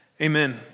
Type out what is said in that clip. amen